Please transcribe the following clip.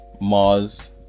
mars